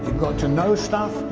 got to know stuff.